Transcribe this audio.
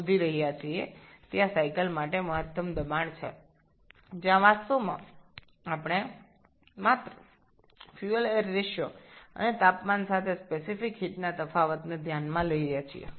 বাস্তবে আমরা কেবলমাত্র জ্বালানী ও বায়ুর অনুপাত এবং তাপমাত্রার সাথে আপেক্ষিক তাপের পরিবর্তন বিবেচনা করেছি